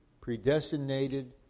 predestinated